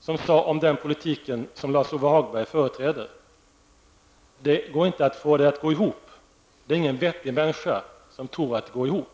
sade om den politik som Lars-Ove Hagberg nu förespråkar: Det går inte att få det att gå ihop, det är ingen vettig människa som tror det.